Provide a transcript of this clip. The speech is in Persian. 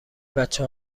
بچه